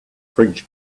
fridge